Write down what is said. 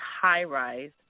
high-rise